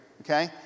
okay